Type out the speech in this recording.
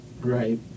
right